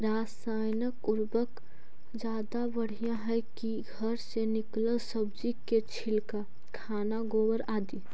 रासायन उर्वरक ज्यादा बढ़िया हैं कि घर से निकलल सब्जी के छिलका, खाना, गोबर, आदि?